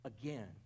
again